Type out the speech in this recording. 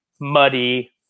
muddy